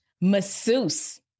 masseuse